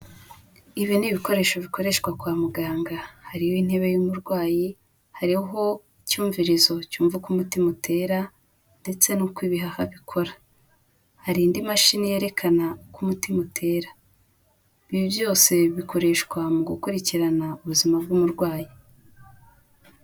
Ibi ni ibikoresho bikoreshwa kwa muganga, hariho intebe y'umurwayi, hariho icyumvirizo cyumva uko umutima utera ndetse n'uko ibihaha bikora, hari indi mashini yerekana uko umutima utera. Ibi byose bikoreshwa mu gukurikirana ubuzima bw'umurwayi.